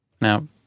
Now